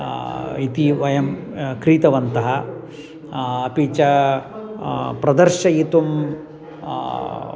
इति वयं क्रीतवन्तः अपि च प्रदर्शयितुं